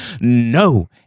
no